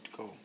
go